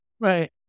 Right